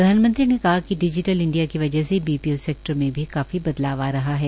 प्रधानमंत्री ने कहा कि डिजिटल इंडिया की वजह से बीपीओ सेक्टर में भी काफी बदलाव आ रहा है